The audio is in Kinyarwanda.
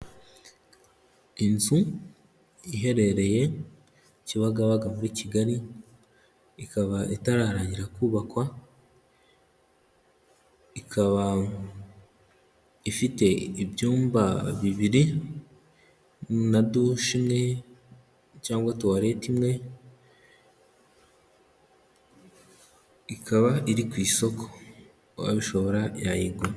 Inzu iherereye Kibagabaga muri Kigali, ikaba itararangira kubakwa, ikaba ifite ibyumba bibiri na dushe imwe cyangwa tuwarete imwe, ikaba iri ku isoko uwabishobora yayigura.